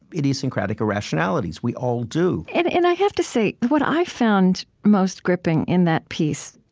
idiosyncratic irrationalities. we all do and and i have to say, what i found most gripping in that piece,